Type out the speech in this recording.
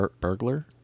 burglar